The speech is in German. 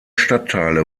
stadtteile